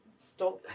stop